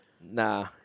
Nah